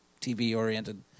TV-oriented